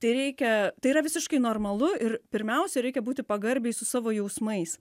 tai reikia tai yra visiškai normalu ir pirmiausia reikia būti pagarbiai su savo jausmais